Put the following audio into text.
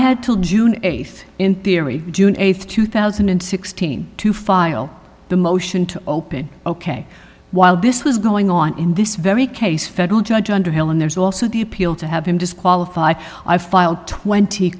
told june eighth in theory june eighth two thousand and sixteen to file the motion to open ok while this was going on in this very case federal judge underhill and there's also the appeal to have him disqualified i filed twenty